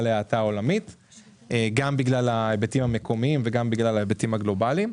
היבטים מקומיים ובגלל היבטים גלובאליים.